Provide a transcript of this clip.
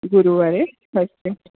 ગુરુવારે અચ્છા